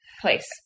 place